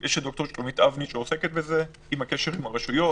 אצלנו יש את ד"ר שלומית אבני שעוסקת בזה בקשר עם הרשויות,